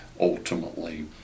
ultimately